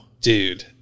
Dude